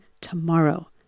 tomorrow